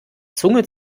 zunge